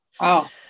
Wow